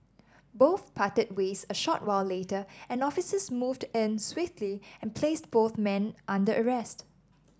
both parted ways a short while later and officers moved in swiftly and placed both men under arrest